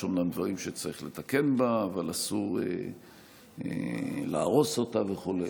שיש אומנם דברים שצריך לתקן בה אבל אסור להרוס אותה וכו'.